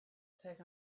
peg